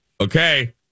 Okay